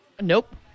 Nope